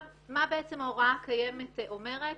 מה ההוראה הקיימת אומרת